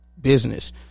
business